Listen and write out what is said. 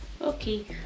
Okay